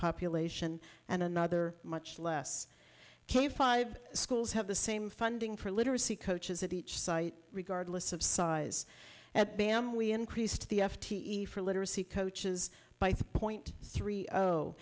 population and another much less k five schools have the same funding for literacy coaches at each site regardless of size at bam we increased the f t e for literacy coaches by three point three